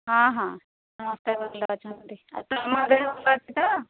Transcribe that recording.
ହଁ ହଁ ସମସ୍ତେ ଭଲ ଅଛନ୍ତି ଆଉ ତୁମ ଦେହ ଭଲ ଅଛି ତ